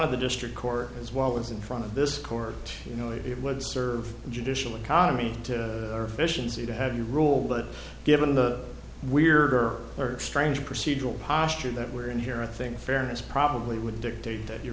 of the district court as well as in front of this court you know it would serve judicial economy to missions you don't have you rule but given the weird or strange procedural posture that we're in here i think fairness probably would dictate that you